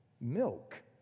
milk